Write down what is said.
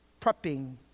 prepping